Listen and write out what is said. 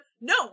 no